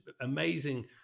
amazing